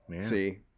see